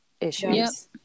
issues